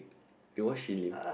you watch Shin-Lim